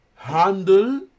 handle